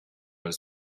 was